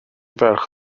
ferch